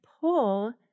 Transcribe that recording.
pull